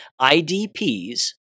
IDPs